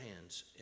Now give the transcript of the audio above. hands